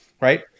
right